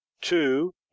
Two